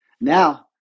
Now